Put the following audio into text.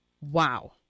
Wow